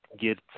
get